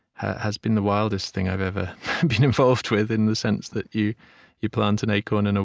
has been the wildest thing i've ever been involved with, in the sense that you you plant an acorn, and